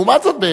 לעומת זאת,